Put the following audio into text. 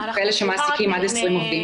כאלה שמעסיקים עד 20 עובדים.